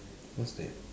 what's that